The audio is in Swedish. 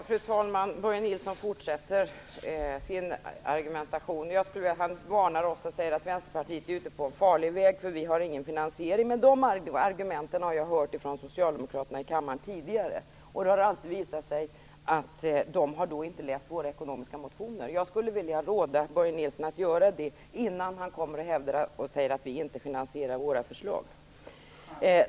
Fru talman! Börje Nilsson fortsätter med sin argumentation. Han varnar oss och säger att vi är på farlig väg, att vi inte har någon finansiering för våra förslag. Det argumentet har jag hört från socialdemokraterna här i kammaren tidigare. Det har alltid visat sig att de inte läst våra motioner. Jag skulle råda Börje Nilsson att göra det innan han hävdar att vi inte finansierat våra förslag.